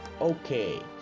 Okay